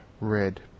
red